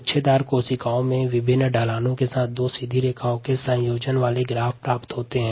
गुच्छ कोशिका में विभिन्न ढलान के साथ दो सीधी रेखाओं के संयोजन वाले ग्राफ प्राप्त होते हैं